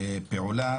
פעולה.